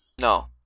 No